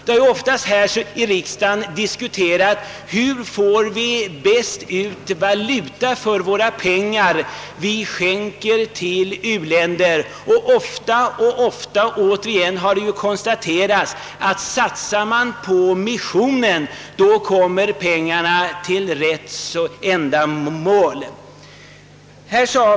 Här i riksdagen har ofta diskuterats hur vi skall få den bästa valutan för de pengar vi skänker till u-länderna, och det har gång på gång konstaterats att om vi satsar på missionen så kommer pengarna till bästa användning.